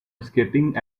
escaping